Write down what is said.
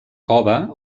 cova